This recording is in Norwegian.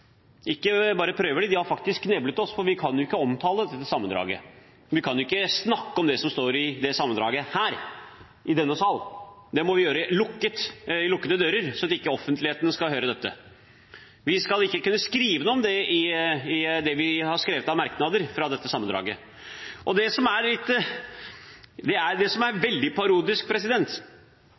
ikke bare prøver, de har faktisk kneblet oss, for vi kan jo ikke omtale dette sammendraget. Vi kan ikke snakke om det som står i sammendraget, her, i denne sal. Det må vi gjøre bak lukkede dører, så offentligheten ikke skal høre det. Vi skal ikke kunne skrive noe i våre merknader fra dette sammendraget. Det som er veldig parodisk,